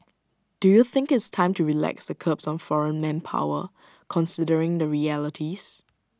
do you think it's time to relax the curbs on foreign manpower considering the realities